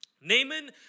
Naaman